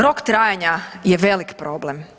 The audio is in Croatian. Rok trajanja je velik problem.